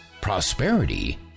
prosperity